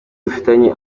dufitanye